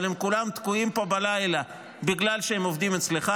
אבל כולם תקועים פה בלילה, בגלל שהם עובדים אצלך